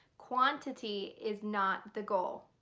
quantity is not the goal.